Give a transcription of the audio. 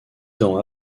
dents